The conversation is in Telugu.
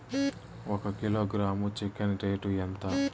ఒక కిలోగ్రాము చికెన్ రేటు ఎంత?